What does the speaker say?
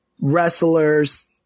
wrestlers